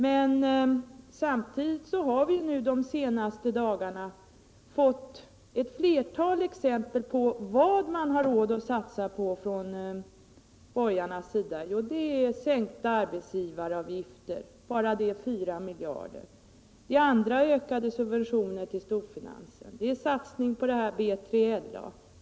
Men samtidigt har vi under de senaste dagarna fått ett flertal exempel på vad man har råd att satsa på från borgarnas sida. Det är sänkta arbetsgivuravgifter — bara det motsvarar ungefär 4 miljarder. Det är ökning av andra subventioner till storfinansen. Det är satsning på B3LA.